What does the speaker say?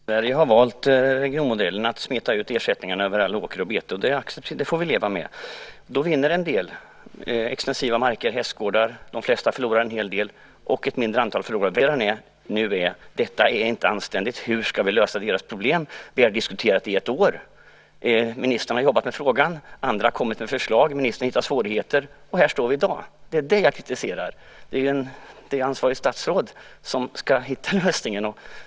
Fru talman! Ni har valt regionmodellen, att smeta ut ersättningar för all åker och betesmark. Det får vi leva med. Då vinner en del som har extensiva marker och hästgårdar, men de flesta förlorar en hel del. Ett mindre antal förlorar väldigt mycket. Detta är inte anständigt. Hur ska vi lösa deras problem? Det har vi diskuterat i ett år. Ministern har jobbat med frågan. Andra har kommit med förslag, och ministern har hittat svårigheter. Och här står vi i dag. Det är det som jag kritiserar. Det är ju ansvarigt statsråd som ska hitta lösningen.